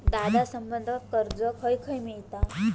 दादा, संबंद्ध कर्ज खंय खंय मिळता